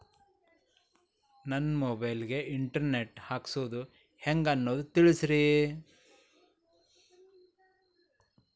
ನನ್ನ ಮೊಬೈಲ್ ಗೆ internet ಹಾಕ್ಸೋದು ಹೆಂಗ್ ಅನ್ನೋದು ತಿಳಸ್ರಿ